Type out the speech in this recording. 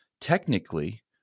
technically